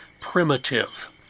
primitive